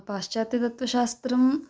पाश्चात्यतत्त्वशास्त्रम्